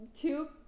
two